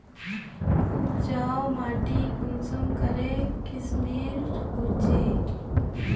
उपजाऊ माटी कुंसम करे किस्मेर होचए?